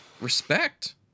Respect